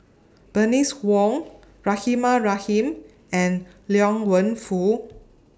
Bernice Wong Rahimah Rahim and Liang Wenfu